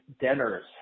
dinners